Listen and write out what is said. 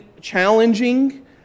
challenging